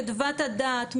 חדוות הדעת,